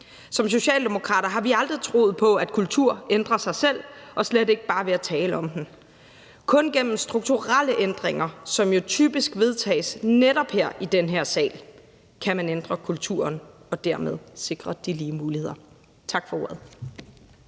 Som Socialdemokrater har vi aldrig troet på, at kultur ændrer sig selv og slet ikke bare ved at tale om den. Kun gennem strukturelle ændringer, som jo typisk vedtages netop her i den her sal, kan man ændre kulturen og dermed sikre de lige muligheder. Tak for ordet.